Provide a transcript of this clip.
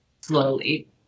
slowly